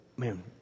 man